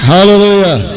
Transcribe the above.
Hallelujah